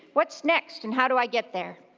what's next and how do i get there?